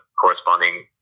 corresponding